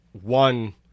one